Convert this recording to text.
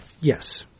Yes